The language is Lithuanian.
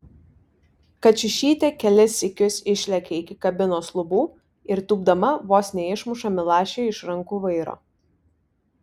kačiušytė kelis sykius išlekia iki kabinos lubų ir tūpdama vos neišmuša milašiui iš rankų vairo